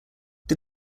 did